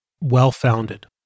well-founded